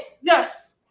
Yes